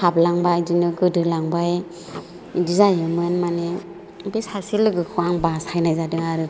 हाबलांब्बा बिदिनो गोदोलांबाय बिदि जाहैयोमोन माने बे सासे लोगोखौ आं बासायनाय जादों आरो